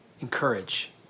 Encourage